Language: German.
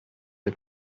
der